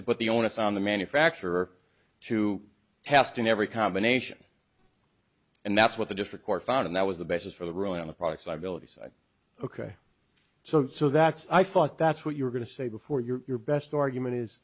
to put the onus on the manufacturer to test in every combination and that's what the differ court found and that was the basis for the ruling on the products liability side ok so so that's i thought that's what you were going to say before your best argument is